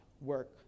work